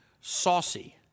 saucy